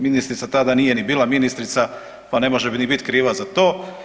Ministrica tada nije ni bila ministrica pa ne može niti bit kriva za to.